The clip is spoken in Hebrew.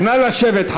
נא לשבת,